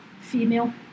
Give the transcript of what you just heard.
female